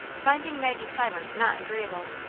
finding maggie's silence not agreeable.